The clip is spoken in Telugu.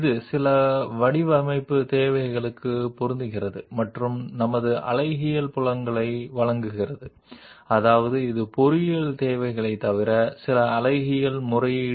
ఇది కారు శరీర ఉత్పత్తికి ఉదాహరణ కార్ బాడీ సాధారణంగా షీట్ మెటల్తో తయారు చేయబడింది నిర్దిష్ట పద్ధతిలో వైకల్యం కొన్ని డిజైన్ అవసరాలకు సరిపోతుంది మరియు మా అవసరాలకు కూడా సరిపోతుంది